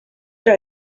però